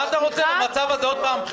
מה אתה רוצה, במצב הזה שוב בחירות?